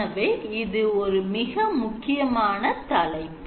எனவே இது மிக முக்கியமான தலைப்பு